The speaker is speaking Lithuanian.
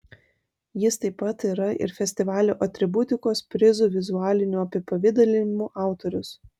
jis taip pat yra ir festivalio atributikos prizų vizualinių apipavidalinimų autorius